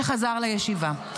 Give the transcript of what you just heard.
שחזר לישיבה.